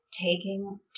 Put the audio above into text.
taking